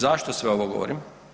Zašto sve ovo govorim?